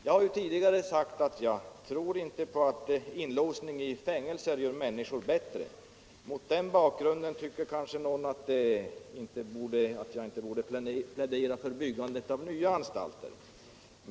Jag har tidigare sagt att jag inte tror på att inlåsning i fängelser gör människor bättre. Mot den bakgrunden tycker kanske någon att jag inte borde plädera för några nya anstalter.